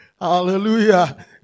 Hallelujah